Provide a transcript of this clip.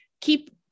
keep